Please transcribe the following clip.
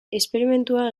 esperimentua